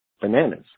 bananas